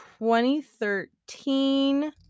2013